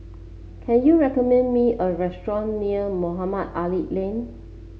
can you recommend me a restaurant near Mohamed Ali Lane